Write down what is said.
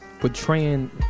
portraying